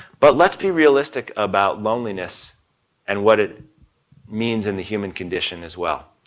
but lets be realistic about loneliness and what it means in the human condition, as well.